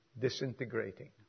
disintegrating